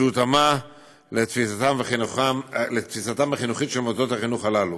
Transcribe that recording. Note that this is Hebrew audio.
שהותאמה לתפיסתם החינוכית של מוסדות החינוך הללו.